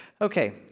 Okay